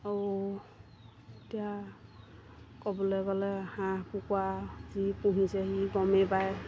আৰু এতিয়া ক'বলৈ গ'লে হাঁহ কুকুৰা যিয়ে পুহিছে সি কমেই পায়